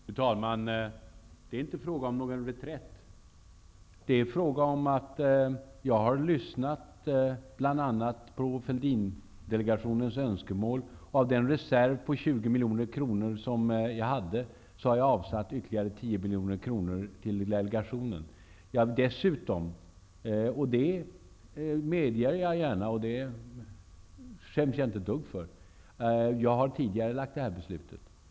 Fru talman! Det är inte fråga om någon reträtt. Det är fråga om att jag bl.a. har lyssnat på Fälldindelegationens önskemål. Av den reserv som jag hade på 20 miljoner kronor har jag avsatt ytterligare 10 miljoner kronor till delegationen. Dessutom har jag tidigarelagt det här beslutet -- det medger jag gärna, och det skäms jag inte ett dugg för.